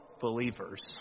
believers